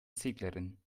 seglerin